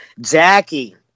Jackie